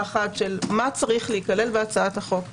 אחת של מה צריך להיכנס בהצעת חוק יסוד,